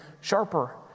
sharper